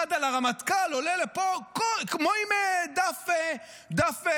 אחד על הרמטכ"ל, עולה לפה כמו עם דף מסרים.